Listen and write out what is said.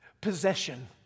possession